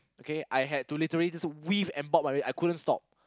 okay I had to literally just weave and bop my way I couldn't stop